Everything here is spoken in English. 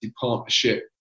partnership